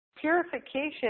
Purification